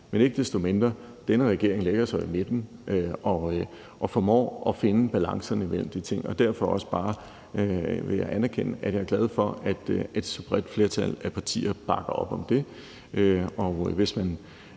Men ikke desto mindre lægger denne regering sig i midten og formår at finde balancen imellem de ting, og jeg vil derfor også bare anerkende, at jeg er glad for, at så bredt et flertal af partier bakker op om det.